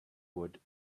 wood